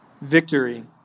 victory